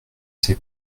ces